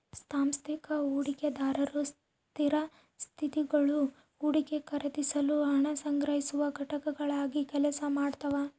ಸಾಂಸ್ಥಿಕ ಹೂಡಿಕೆದಾರರು ಸ್ಥಿರಾಸ್ತಿಗುಳು ಹೂಡಿಕೆ ಖರೀದಿಸಲು ಹಣ ಸಂಗ್ರಹಿಸುವ ಘಟಕಗಳಾಗಿ ಕೆಲಸ ಮಾಡ್ತವ